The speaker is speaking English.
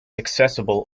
accessible